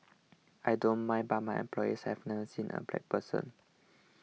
I don't mind but my employees have never seen a black person